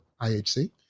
IHC